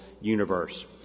universe